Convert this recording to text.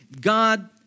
God